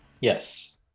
Yes